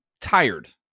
tired